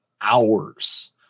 hours